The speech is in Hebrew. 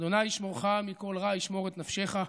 ה' ישמרך מכל רע ישמֹר את נפשך.